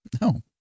No